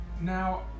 Now